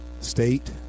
State